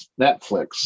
Netflix